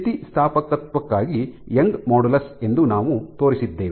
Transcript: ಸ್ಥಿತಿಸ್ಥಾಪಕತ್ವಕ್ಕಾಗಿ Young modulus ಎಂದು ನಾವು ತೋರಿಸಿದ್ದೇವೆ